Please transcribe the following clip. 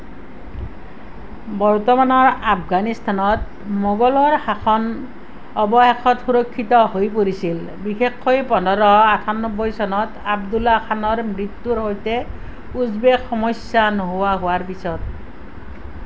বৰ্তমানৰ আফগানিস্তানত মোগলৰ শাসন অৱশেষত সুৰক্ষিত হৈ পৰিছিল বিশেষকৈ পোন্ধৰশ আঠানব্বৈ চনত আব্দুল্লা খানৰ মৃত্যুৰ সৈতে উজবেক সমস্যা নোহোৱা হোৱাৰ পিছত